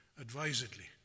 advisedly